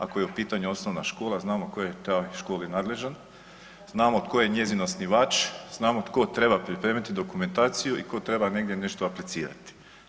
Ako je u pitanju osnovna škola znamo tko je u školi nadležan, znamo tko je njezin osnivač, znamo tko treba pripremiti dokumentaciju i tko treba negdje nešto aplicirati.